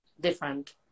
different